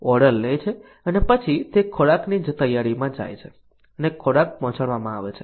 order લે છે અને પછી તે ખોરાકની તૈયારીમાં જાય છે અને ખોરાક પહોંચાડવામાં આવે છે